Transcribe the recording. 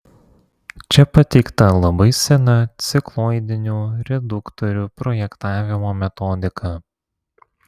čia pateikta labai sena cikloidinių reduktorių projektavimo metodika